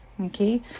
okay